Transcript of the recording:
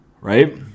right